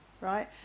right